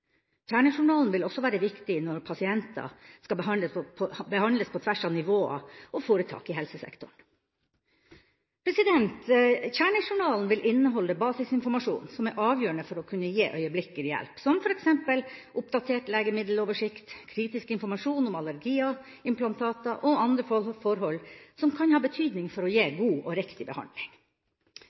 vil også være viktig når pasienter skal behandles på tvers av nivåer og foretak i helsesektoren. Kjernejournalen vil innholde basisinformasjon som er avgjørende for å kunne gi øyeblikkelig hjelp, som f.eks. oppdatert legemiddeloversikt, kritisk informasjon om allergier, implantater og andre forhold som kan ha betydning for å gi god og riktig behandling.